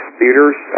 theaters